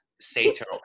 Sator